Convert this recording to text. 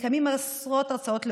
מתקיימות עשרות הרצאות להורים,